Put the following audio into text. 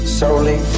solely